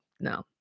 no